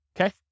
Okay